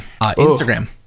Instagram